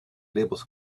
labels